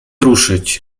ruszyć